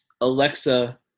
Alexa